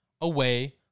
away